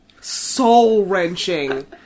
soul-wrenching